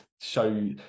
show